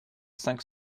cinq